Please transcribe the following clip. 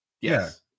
Yes